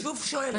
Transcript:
אני שוב שואלת